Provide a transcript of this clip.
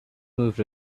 moved